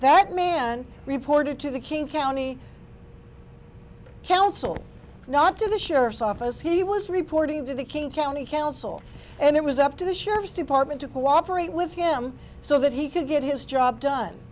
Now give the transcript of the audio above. that man reported to the king county council not to the sheriff's office he was reporting to the king county council and it was up to the sheriff's department to cooperate with him so that he could get his job done